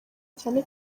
cyane